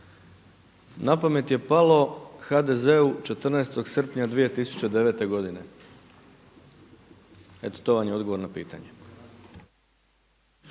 Napamet je palo HDZ-u 14. srpnja 2009. godine. Eto to vam je odgovor na pitanje.